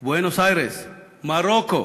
בואנוס-איירס, מרוקו,